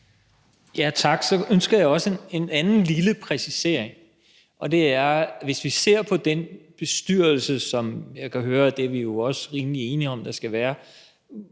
Tak. Så ønsker jeg også en anden lille præcisering: Hvis vi ser på den bestyrelse, som jeg kan høre at vi også er rimelig enige om at der skal være,